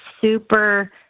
super